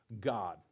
God